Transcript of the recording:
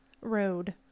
Road